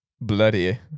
Bloody